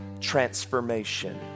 transformation